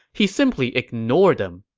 he simply ignored them.